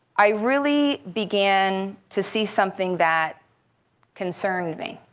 i really began to see something that concerned me.